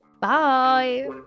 Bye